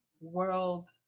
world